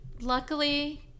luckily